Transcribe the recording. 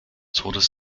todes